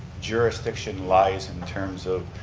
jurisdiction lies in terms of